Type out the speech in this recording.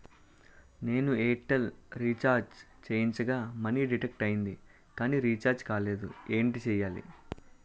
నేను Airtel recharge చేయించగా money deduct అయ్యింది కానీ రీఛార్జ్ కాలేదు ఏంటి చేయాలి?